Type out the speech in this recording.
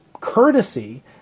courtesy